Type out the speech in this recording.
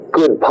good